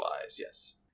yes